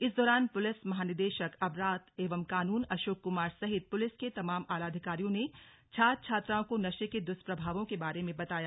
इस दौरान पुलिस महानिदेशक अपराध एवं कानून अशोक कुमार सहित पुलिस के तमाम आला अधिकारियों ने छात्र छात्राओं को नशे के दुष्प्रभावों के बारे में बताया